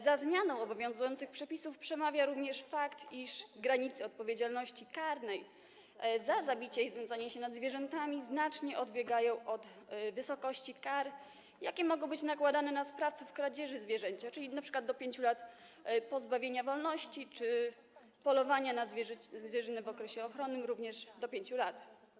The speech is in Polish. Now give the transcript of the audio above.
Za zmianą obowiązujących przepisów przemawia również fakt, iż granice odpowiedzialności karnej za zabijanie zwierząt i znęcanie się nad zwierzętami znacznie odbiegają od wysokości kar, jakie mogą być nakładane na sprawców kradzieży zwierząt - np. do 5 lat pozbawienia wolności, czy polowania na zwierzynę w okresie ochronnym - również kara do 5 lat.